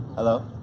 hello,